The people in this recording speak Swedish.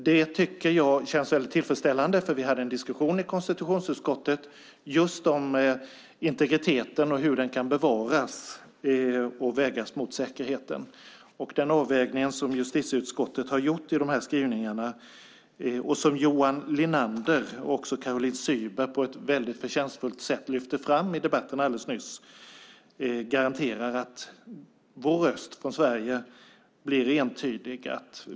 Det känns tillfredsställande, för vi hade en diskussion i konstitutionsutskottet om hur integriteten kan bevaras och vägas mot säkerheten. Den avvägning som justitieutskottet har gjort i dessa skrivningar, som Johan Linander och Caroline Szyber på ett förtjänstfullt sätt lyfte fram i debatten nyss, garanterar att Sveriges röst blir entydig.